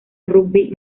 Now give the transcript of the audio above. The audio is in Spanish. rugby